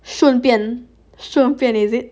顺便顺便 is it